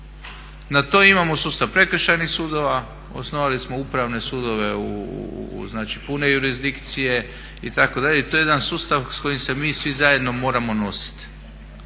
Na to imamo sustav prekršajnih sudova, osnovali smo upravne sudove, znači pune jurisdikcije itd. I to je jedan sustav s kojim se mi svi zajedno moramo nositi.